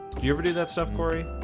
you ever do that stuff cory